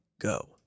go